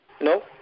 No